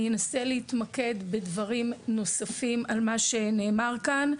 אני אנסה להתמקד בדברים נוספים על מה שנאמר כאן.